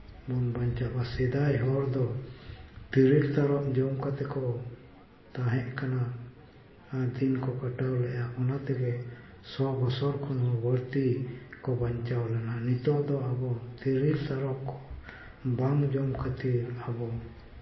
ᱵᱚᱱ ᱵᱟᱧᱪᱟᱜᱼᱟ ᱥᱮᱫᱟᱭ ᱦᱚᱲ ᱫᱚ ᱛᱤᱨᱤᱞ ᱛᱟᱨᱚᱵ ᱡᱚᱢ ᱠᱟᱛᱮ ᱠᱚ ᱛᱟᱦᱮᱜ ᱠᱟᱱᱟ ᱟᱨ ᱫᱤᱱ ᱠᱚ ᱠᱟᱴᱟᱣ ᱞᱮᱜᱼᱟ ᱚᱱᱟ ᱛᱮᱜᱮ ᱥᱚ ᱵᱚᱪᱷᱚᱨ ᱠᱷᱚᱱ ᱦᱚᱸ ᱵᱟᱹᱲᱛᱤ ᱠᱚ ᱵᱟᱧᱪᱟᱣ ᱞᱮᱱᱟ ᱱᱤᱛᱚᱜ ᱫᱚ ᱟᱵᱚ ᱛᱤᱨᱤᱞ ᱛᱟᱨᱚᱵ ᱠᱚ ᱵᱟᱝ ᱡᱚᱢ ᱠᱷᱟᱹᱛᱤᱨ ᱟᱵᱚ